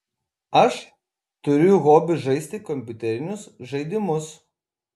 aš turiu hobį žaisti kompiuterinius žaidimus